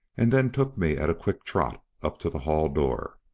and then took me at a quick trot up to the hall door.